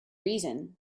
reason